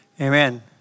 Amen